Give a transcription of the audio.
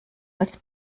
als